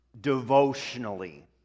devotionally